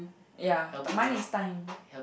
ya mine is time